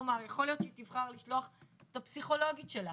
כלומר יכול להיות שהיא תבחר לשלוח את הפסיכולוגית שלה,